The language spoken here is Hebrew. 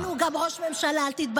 בשבילנו הוא גם ראש ממשלה, אל תתבלבל.